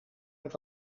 het